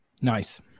nice